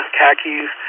khakis